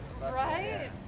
Right